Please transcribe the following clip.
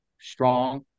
strong